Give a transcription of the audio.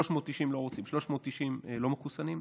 390 לא רוצים, 390 לא מחוסנים.